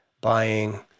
buying